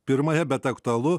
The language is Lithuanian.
pirmąją bet aktualu